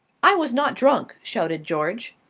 i was not drunk! shouted george.